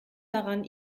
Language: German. daran